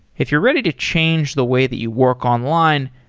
if you're ready to change the way that you work online,